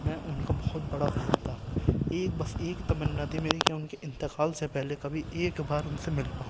میں ان کا بہت بڑا فین تھا ایک بس ایک ہی تمنا تھی میری کہ ان کے انتقال سے پہلے کبھی ایک بار ان سے مل پاؤں